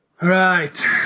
Right